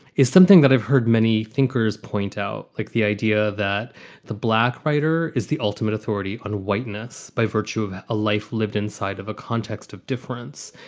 is something that i've heard many thinkers point out, like the idea that the black writer is the ultimate authority on whiteness by virtue of a life lived inside of a context of difference.